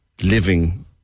living